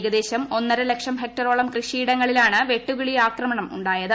ഏകദേശം ഒന്നര ലക്ഷം ഹെക്ടറോളം കൃഷിയിടങ്ങളിലാണ് വെട്ടുക്കിളി ആക്രമണം ഉണ്ടായത്